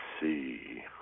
see